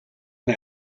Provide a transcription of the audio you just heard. and